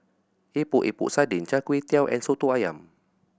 Epok Epok Sardin Char Kway Teow and Soto Ayam